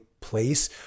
place